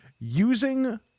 using